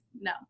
no